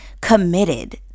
committed